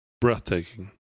Breathtaking